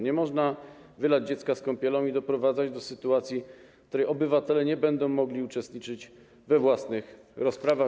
Nie można wylać dziecka z kąpielą i doprowadzać do sytuacji, w której obywatele nie będą mogli uczestniczyć we własnych rozprawach.